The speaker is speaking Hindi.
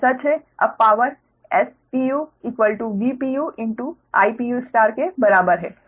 यह सच है अब पावर SPUVPU IPU के बराबर है